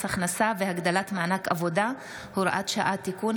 הכנסה והגדלת מענק עבודה (הוראת שעה) (תיקון),